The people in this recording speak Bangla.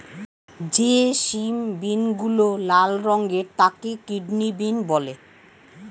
যে সিম বিনগুলো লাল রঙের তাকে কিডনি বিন বলে